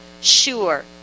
sure